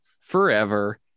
forever